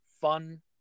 fun